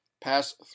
pass